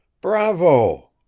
bravo